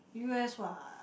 u_s what